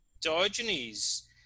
Diogenes